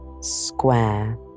square